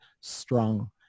strong